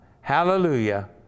Hallelujah